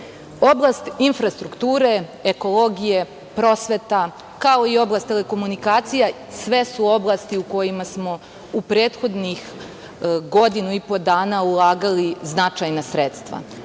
državu. Oblast infrastrukture, ekologije, prosveta, kao i oblast telekomunikacija su sve oblasti u kojima su u prethodnih godinu i po dana ulagali značajna sredstva.